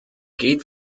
geht